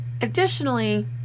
Additionally